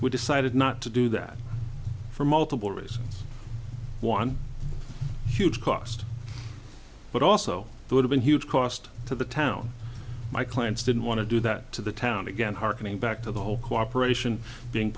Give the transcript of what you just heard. we decided not to do that for multiple reasons one huge cost but also it would have been huge cost to the town my clients didn't want to do that to the town again hearkening back to the whole cooperation being